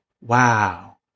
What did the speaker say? Wow